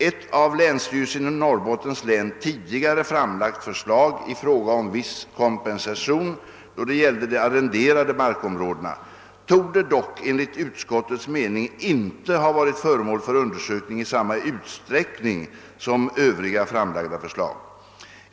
Ett av länsstyrelsen i Norrbottens län tidigare framlagt förslag i fråga om viss kompensation, då det gällde de arrenderade markområdena, torde dock enligt utskottets mening inte ha varit föremål för undersökning i samma utsträckning som övriga framlagda förslag.